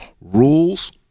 rules